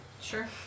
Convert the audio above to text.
Sure